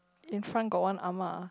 in front got one ah ma